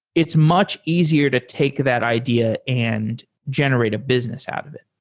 it's much easier to take that idea and generate a business out of it